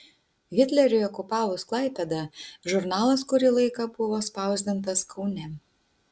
hitleriui okupavus klaipėdą žurnalas kurį laiką buvo spausdintas kaune